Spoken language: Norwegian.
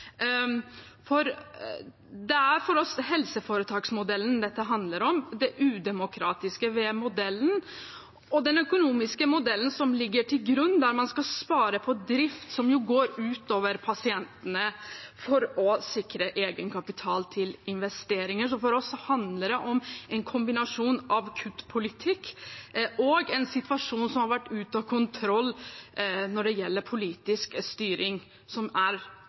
For oss er det helseforetaksmodellen dette handler om, det udemokratiske ved modellen, og den økonomiske modellen som ligger til grunn, der man skal spare på drift, noe som jo går ut over pasientene, for å sikre egenkapital til investeringer. For oss handler det om en kombinasjon av kuttpolitikk og en situasjon som er ute av kontroll når det gjelder politisk styring. Det er